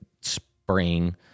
Spring